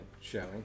showing